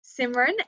Simran